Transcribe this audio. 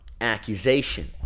accusation